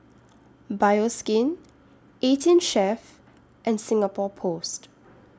Bioskin eighteen Chef and Singapore Post